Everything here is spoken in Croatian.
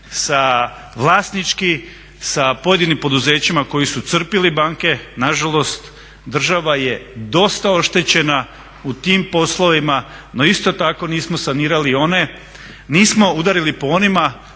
sa vlasnički, sa pojedinim poduzećima koji su crpli banke. Nažalost, država je dosta oštećena u tim poslovima, no isto tako nismo sanirali one, nismo udarili po onima